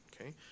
okay